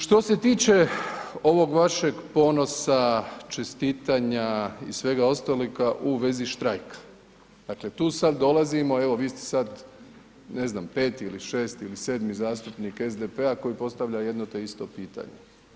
Što se tiče ovog vašeg ponosa, čestitanja i svega ostaloga u vezi štrajka, dakle, tu sad dolazimo, evo vi ste sad, ne znam, peti, šesti ili sedmi zastupnik SDP-a koji postavlja jedno te isto pitanje.